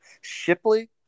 Shipley